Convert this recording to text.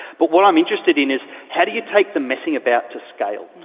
but what i'm interested in is how do you take the messing about to scale.